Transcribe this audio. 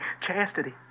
Chastity